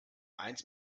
eins